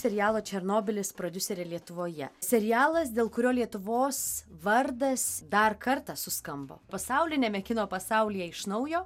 serialo černobylis prodiuserė lietuvoje serialas dėl kurio lietuvos vardas dar kartą suskambo pasauliniame kino pasaulyje iš naujo